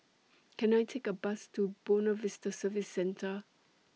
Can I Take A Bus to Buona Vista Service Centre